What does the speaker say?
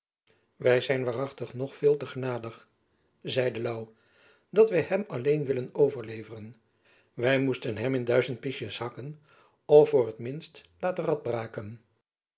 wy zijn waarachtig nog veel te genadig zeide jacob van lennep elizabeth musch louw dat wy hem alleen willen overleveren wy moesten hem in duizend piesjens hakken of voor t minst laten radbraken